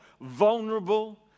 vulnerable